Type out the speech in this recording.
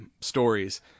stories